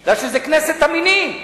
כי זו "כנסת המינים",